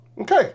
Okay